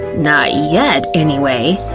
not yet, anyway.